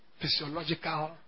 physiological